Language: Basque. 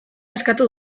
eskatu